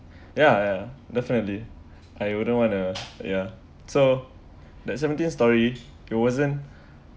ya ya definitely I wouldn't want uh ya so that's seventeen storey it wasn't